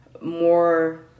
more